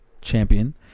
champion